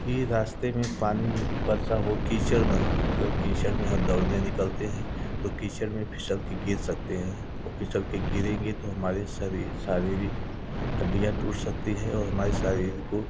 की रास्ते में पानी बरसा हो कीचड़ न हो अगर कीचड़ में हम दौड़ने निकलते हैं तो कीचड़ में फिसल कर गिर सकते हैं और फिसल कर गिरेंगे तो हमारे शरीर शारीरिक हड्डियाँ टूट सकती है औ हमारे शरीर को